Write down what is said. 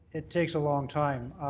it takes a long time.